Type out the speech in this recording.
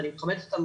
ואני מכבדת אותם,